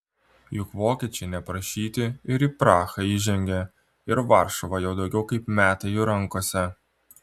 juk vokiečiai neprašyti ir į prahą įžengė ir varšuva jau daugiau kaip metai jų rankose